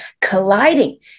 colliding